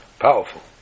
Powerful